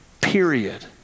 Period